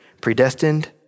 predestined